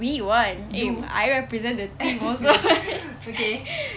we won eh I represent the team also